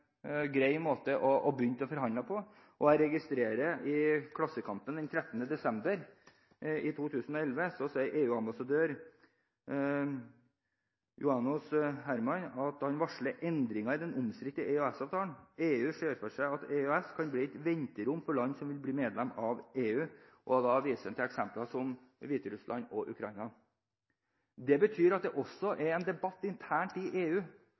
grei måte å begynne å forhandle på. Jeg registrerer at EU-ambassadør János Herman sier i Klassekampen den 13. desember i 2011 at han varsler endringer om den omstridte EØS-avtalen. EU ser for seg at EØS kan bli et «venterom» for land som vil bli medlem av EU, og da viser han til eksempler som Hviterussland og Ukraina. Det betyr at det også er en debatt internt i EU,